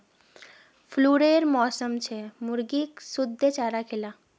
फ्लूरेर मौसम छेक मुर्गीक शुद्ध चारा खिला